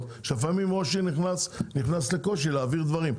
שלפעמים ראש עיר נכנס לקושי להעביר דברים.